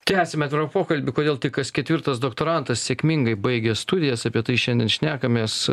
tęsiame atvirą pokalbį kodėl tik kas ketvirtas doktorantas sėkmingai baigė studijas apie tai šiandien šnekamės